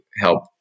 help